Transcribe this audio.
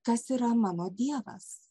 kas yra mano dievas